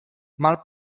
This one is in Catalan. mal